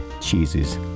cheeses